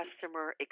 customer